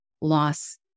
loss